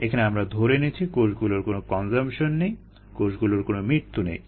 এখানে আমরা ধরে নিচ্ছি কোষগুলোর কোনো কনসাম্পশন নেই কোষগুলোর কোনো মৃত্যু নেই